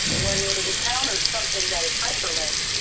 when it encounters something that is hyperlinked,